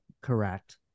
correct